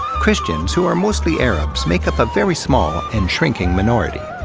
christians, who are mostly arabs, make up a very small and shrinking minority.